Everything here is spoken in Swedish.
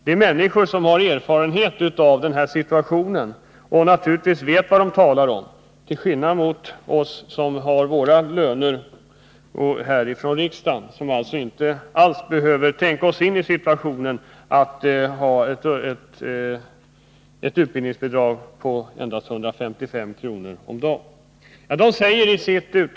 De människorna har erfarenhet av den här situationen och vet naturligtvis vad de talar om — till skillnad mot oss som har våra löner från riksdagen och alltså inte alls behöver tänka oss in i situationen att endast ha ett utbildningsbidrag på 155 kr. om dagen att reda sig på.